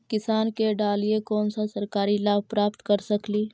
किसान के डालीय कोन सा सरकरी लाभ प्राप्त कर सकली?